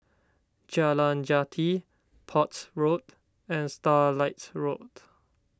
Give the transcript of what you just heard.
Jalan Jati Port Road and Starlight Road